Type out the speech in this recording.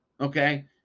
okay